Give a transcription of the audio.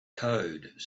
code